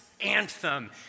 anthem